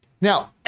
Now